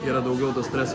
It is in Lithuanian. yra daugiau to streso